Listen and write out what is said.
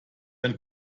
ein